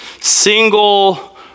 single